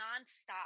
nonstop